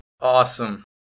Awesome